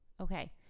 Okay